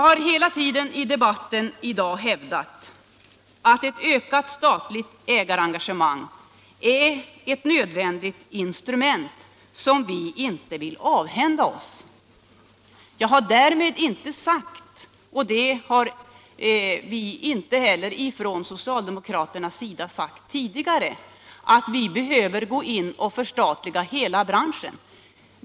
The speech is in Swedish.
I debatten i dag har jag hela tiden hävdat att ett ökat statligt ägarengagemang är ett nödvändigt instrument som vi inte vill avhända oss. Jag har därmed inte sagt — och det har vi på den socialdemokratiska sidan inte heller sagt tidigare — att vi måste gå in och förstatliga hela branschen.